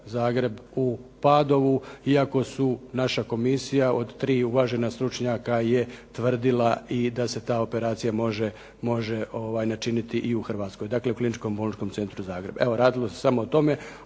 Zagreb u Padovu iako su naša komisija od tri uvažena stručnjaka je tvrdila da se ta operacija može načiniti i u Hrvatskoj, dakle u Kliničkom bolničkom centru Zagreb. Evo, radilo se samo o tome,